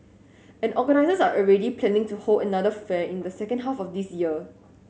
and organisers are already planning to hold another fair in the second half of this year